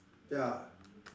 ya